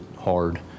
hard